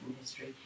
history